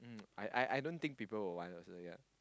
mm I I don't think people would want also yea